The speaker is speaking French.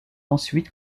ensuite